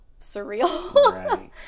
surreal